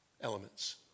elements